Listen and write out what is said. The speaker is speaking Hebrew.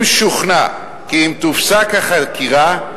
אם שוכנע כי אם תופסק החקירה,